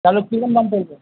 তাহলে কীরকম দাম পড়বে